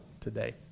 today